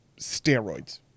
steroids